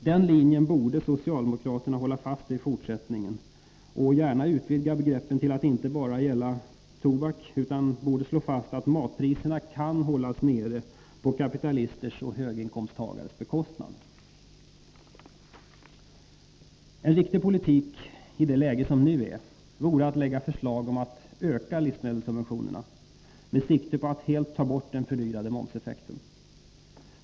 Den linjen borde socialdemokraterna hålla fast vid i fortsättningen och gärna utvidga begreppen till att inte bara gälla tobak. Man borde slå fast att matpriserna kan hållas nere på kapitalisters och höginkomsttagares bekostnad. En riktig politik i det läge som nu är vore att lägga fram förslag om att öka livsmedelssubventionerna, med sikte på att helt ta bort den fördyrande momseffekten.